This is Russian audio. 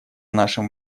нашим